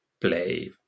play